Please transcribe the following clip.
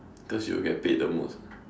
because you will get paid the most